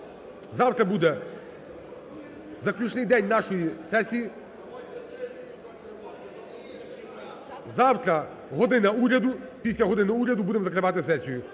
Завтра буде заключний день нашої сесії. Завтра "година Уряду", після "години Уряду" будемо закривати сесію.